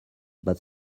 but